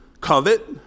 covet